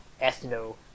ethno